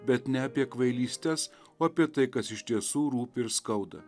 bet ne apie kvailystes o apie tai kas iš tiesų rūpi ir skauda